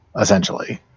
essentially